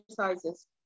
exercises